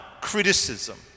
criticism